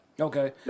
Okay